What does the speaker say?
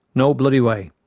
no bloody way.